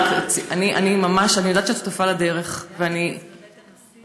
אני יודעת שאת שותפה לדרך, אז הייתי בבית הנשיא,